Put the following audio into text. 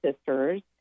sisters